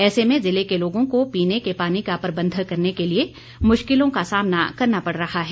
ऐसे में जिले के लोगों को पीने के पानी का प्रबंध करने के लिए मुश्किलों का सामना करना पड़ रहा है